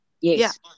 Yes